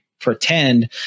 pretend